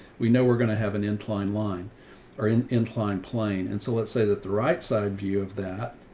we know we're going to have an incline line or an inclined plane. and so let's say that the right side view of that